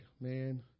man